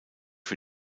für